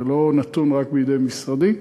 זה לא נתון רק בידי משרדי.